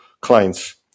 clients